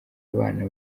abana